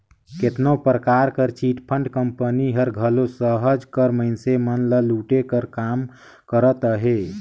केतनो परकार कर चिटफंड कंपनी हर घलो सहज कर मइनसे मन ल लूटे कर काम करत अहे